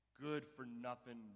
good-for-nothing